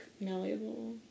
malleable